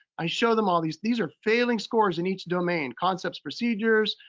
i show them all these. these are failing scores in each domain concepts procedures,